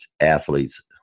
athletes